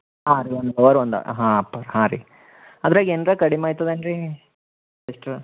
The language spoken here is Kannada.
ಹಾಂ ರೀ ಒಂದು ಲೋವರ್ ಒಂದು ಹಾಂ ಅಪ್ಪರ್ ಹಾಂ ರೀ ಅದರಾಗ ಏನರ ಕಡಿಮೆ ಆಯ್ತದೇನು ರಿ ಎಷ್ಟರ